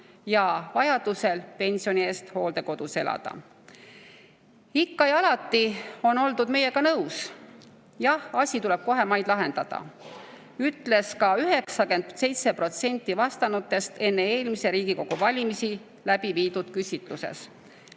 ja vajaduse korral pensioni eest hooldekodus elada. Ikka ja alati on oldud meiega nõus. Jah, asi tuleb kohemaid lahendada. Ka 97% vastanutest ütles enne eelmisi Riigikogu valimisi läbiviidud küsitluses,